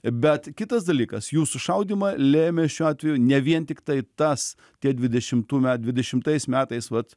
bet kitas dalykas jų sušaudymą lėmė šiuo atveju ne vien tiktai tas tie dvidešimtų me dvidešimtais metais vat